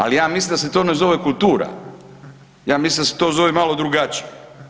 Ali ja mislim da se to ne zove kultura, ja mislim da se to zove malo drugačije.